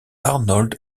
arnold